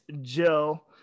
jill